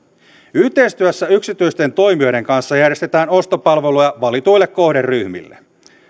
yhteistyössä yksityisten toimijoiden kanssa järjestetään ostopalveluja valituille kohderyhmille